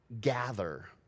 gather